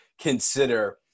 consider